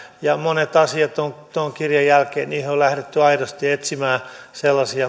ja moniin asioihin on tuon kirjan jälkeen lähdetty aidosti etsimään sellaisia